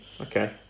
okay